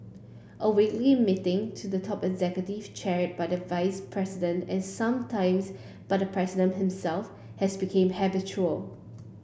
a weekly meeting to the top executives chair by vice presidents and sometimes by the president himself has become habitual